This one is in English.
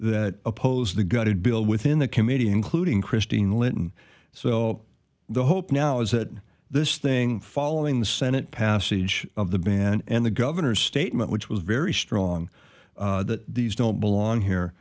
that opposed the gutted bill within the committee including christine linton so the hope now is that this thing following the senate passage of the ban and the governor's statement which was very strong that these don't belong here